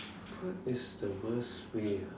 what is the worst way ah